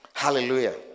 Hallelujah